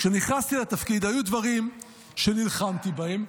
כשנכנסתי לתפקיד היו דברים שנלחמתי בהם,